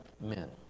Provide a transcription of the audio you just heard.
men